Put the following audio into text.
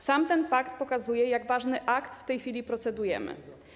Sam ten fakt pokazuje, nad jak ważnym aktem w tej chwili procedujemy.